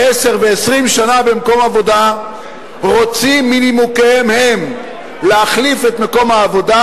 עשר ו-20 שנה במקום עבודה ורוצים מנימוקיהם הם להחליף את מקום העבודה,